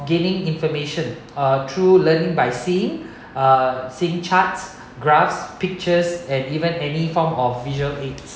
giving information uh through learning by seeing uh seeing charts graphs pictures and even any form of visual aids